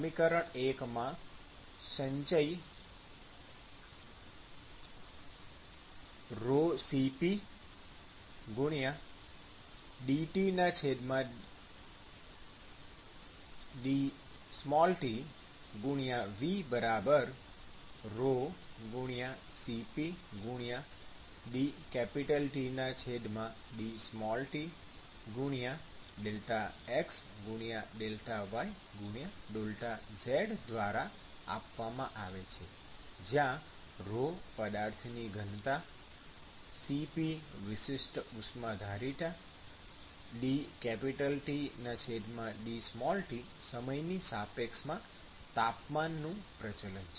સમીકરણ ૧ માં સંચય CpdTdtV ρCpdTdt∆x∆y∆z દ્વારા આપવામાં આવે છે જ્યાં ρ પદાર્થની ઘનતા Cp વિશિષ્ટ ઉષ્માધારિતા dTdt સમય ની સાપેક્ષમાં તાપમાનનું પ્રચલન છે